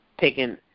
taking